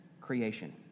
creation